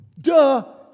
duh